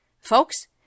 Folks